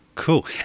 Cool